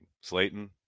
Slayton